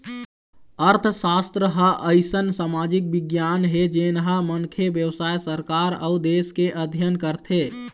अर्थसास्त्र ह अइसन समाजिक बिग्यान हे जेन ह मनखे, बेवसाय, सरकार अउ देश के अध्ययन करथे